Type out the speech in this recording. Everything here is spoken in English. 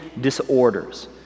disorders